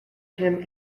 him